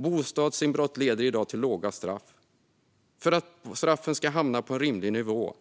Bostadsinbrott leder i dag till låga straff. För att straffen vad gäller bostadsinbrott ska hamna på en rimlig nivå